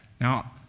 Now